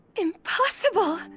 Impossible